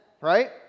right